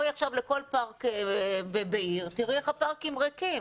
בואי עכשיו לכל פארק בעיר ותראי איך הם ריקים